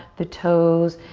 the toes,